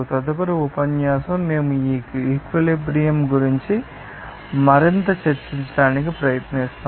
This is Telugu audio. తదుపరి ఉపన్యాసం మేము ఆ ఈక్విలిబ్రియం గురించి మరింత చర్చించడానికి ప్రయత్నిస్తాము